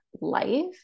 life